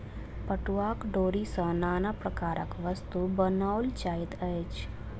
पटुआक डोरी सॅ नाना प्रकारक वस्तु बनाओल जाइत अछि